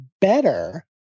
better